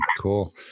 Cool